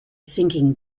sinking